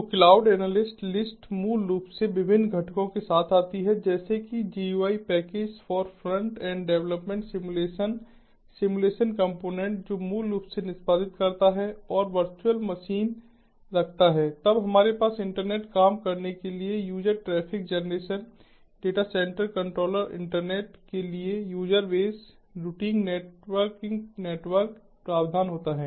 तो cloud analyst list मूल रूप से विभिन्न घटकों के साथ आती है जैसे कि GUI package for front end development simulation simulation component जो मूल रूप से निष्पादित करता है और वर्चुअल मशीन रखता है तब हमारे पास इंटरनेट काम करने के लिए user traffic generation data centre controller internet के लिए user base routing networking network प्रावधान होता है